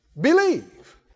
believe